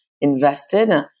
invested